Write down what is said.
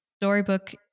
storybook